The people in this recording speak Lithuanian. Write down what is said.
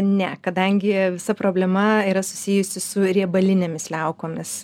ne kadangi visa problema yra susijusi su riebalinėmis liaukomis